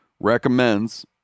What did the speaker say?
recommends